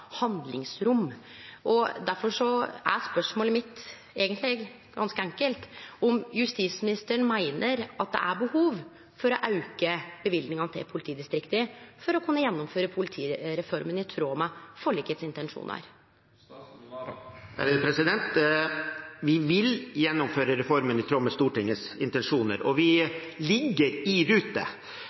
handlingsrom. Difor er spørsmålet mitt ganske enkelt: Meiner justisministeren at det er behov for å auke løyvingane til politidistrikta for å kunne gjennomføre politireforma i tråd med intensjonane i forliket? Vi vil gjennomføre reformen i tråd med Stortingets intensjoner, og vi er i rute.